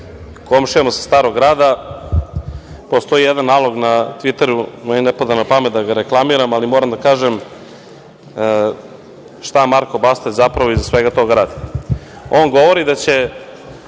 komšijama sa Starog grada. Postoji jedan nalog na "Tviteru". Meni ne pada na pamet da ga reklamiram, ali moram da kažem šta Marko Bastać zapravo iza svega toga radi. On govori da će